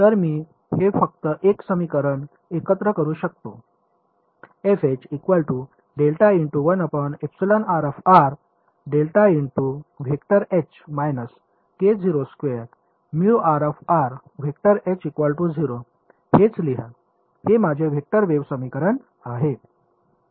तर मी हे फक्त 1 समीकरणात एकत्र करू शकतो हेच लिहा हे माझे वेक्टर वेव्ह समीकरण आहे